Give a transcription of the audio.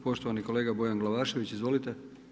Poštovani kolega Bojan Glavašević, izvolite.